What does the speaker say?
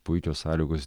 puikios sąlygos